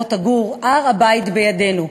מוטה גור: הר-הבית בידינו.